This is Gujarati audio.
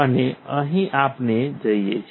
અને અહીં આપણે જઈએ છીએ